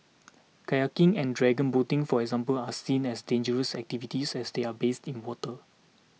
kayaking and dragon boating for example are seen as dangerous activities as they are based in water